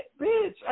bitch